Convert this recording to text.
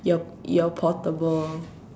your your portable